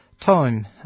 time